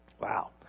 Wow